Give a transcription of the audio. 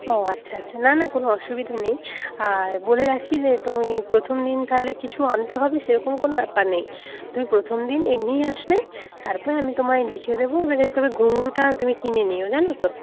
ও আচ্ছা আচ্ছা না না কোনও অসুবিধে নেই আর বলে রাখি যে তুমি প্রথম দিন তাহলে কিছু আনতে হবে সেরকম কোনও ব্যাপার নেই তুমি প্রথম দিন এমনিই আসবে তারপরে আমি তোমায় লিখে দেব এবারে তুমি ঘুঙরুটা তুমি কিনে নিও জানো তো